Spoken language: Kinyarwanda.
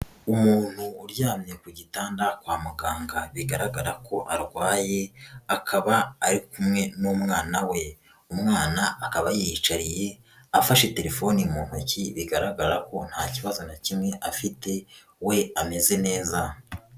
Umuntu uryamye ku gitanda kwa muganga bigaragara ko arwaye, akaba ari kumwe n'umwana we. Umwana akaba yiyicariye afashe telefoni mu ntoki, bigaragara ko nta kibazo na kimwe afite we ameze neza.